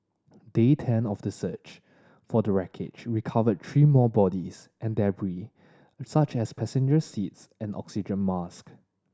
day ten of the search for the wreckage recovered three more bodies and debri such as passenger seats and oxygen mask